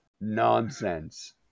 nonsense